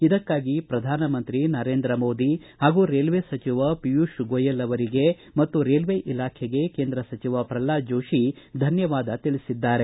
ಇದಕ್ಕಾಗಿ ಪ್ರಧಾನ ಮಂತ್ರಿ ನರೇಂದ್ರ ಮೋದಿ ಹಾಗೂ ರೇಲ್ವೆ ಸಚಿವ ಪಿಯೂಷ್ ಗೋಯೆಲ್ ಅವರಿಗೆ ಮತ್ತು ರೇಲ್ವೆ ಇಲಾಖೆಗೆ ಕೇಂದ್ರ ಸಚಿವ ಪ್ರಹ್ಲಾದ್ ಜೋತಿ ಧನ್ವವಾದ ತಿಳಿಸಿದ್ದಾರೆ